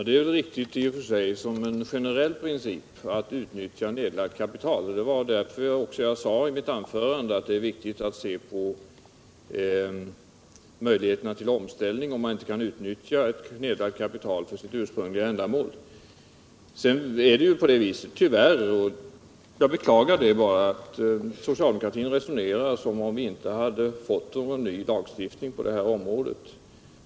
Herr talman! Det är i och för sig en riktig generell princip att man utnyttjar nedlagt kapital. Det är också därför som jag i mitt anförande sade att det är viktigt att se på möjligheterna till omställning, om man inte kan utnyttja nedlagt kapital för det ursprungligen avsedda ändamålet. Sedan är det tyvärr på det sättet — jag bara beklagar det — att socialdemokraterna resonerar som om vi inte fått någon ny lagstiftning på detta område.